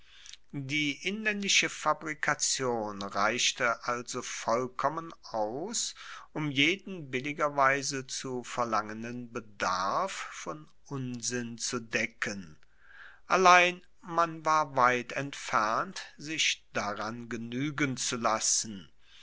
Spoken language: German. die inlaendische fabrikation reichte also vollkommen aus um jeden billigerweise zu verlangenden bedarf von unsinn zu decken allein man war weit entfernt sich daran genuegen zu lassen